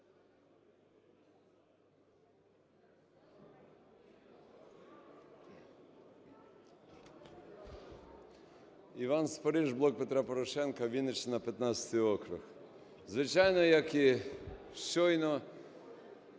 Іван Спориш, "Блок Петра Порошенка", Вінниччина, 15 округ. Звичайно, як і щойно